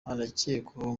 arakekwaho